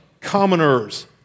commoners